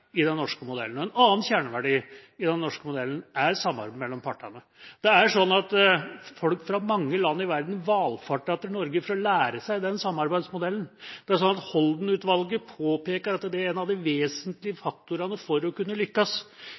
i den norske modellen. En annen kjerneverdi i den norske modellen er samarbeidet mellom partene. Folk fra mange land i verden valfarter til Norge for å lære av den samarbeidsmodellen. Holden-utvalget påpeker at det er en av de vesentlige faktorene for å kunne lykkes.